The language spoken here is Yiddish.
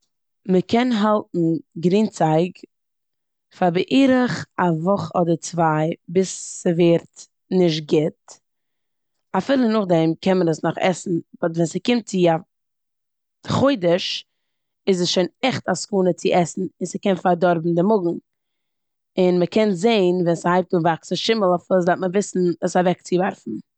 מ'קען האלטן גרינצייג פאר בערך א וואך אדער צוויי ביז ס'ווערט נישט גוט אפילו נאכדעם קען מען עס נאך עסן. באט ווען ס'קומט צו א חודש איז עס שוין עכט א סכנה צו עסן און ס'קען פארדארבן די מאגן און מ'קען זען ווען ס'הייבט אן וואקסן שימל אויף עס, דארף מען וויסן עס אוועקציווארפן.